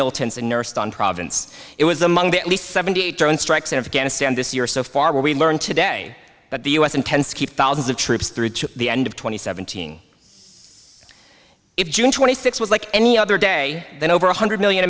militants and nursed on province it was among the at least seventy eight drone strikes in afghanistan this year so far we learned today that the u s intends to keep thousands of troops through the end of twenty seventeen it june twenty six was like any other day in over one hundred million